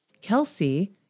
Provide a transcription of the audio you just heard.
Kelsey